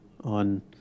on